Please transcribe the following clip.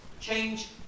change